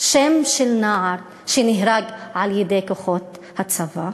שם של נער שנהרג על-ידי כוחות הצבא,